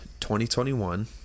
2021